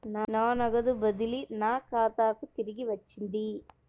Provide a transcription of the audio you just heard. నా నగదు బదిలీ నా ఖాతాకు తిరిగి వచ్చింది